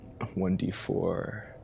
1d4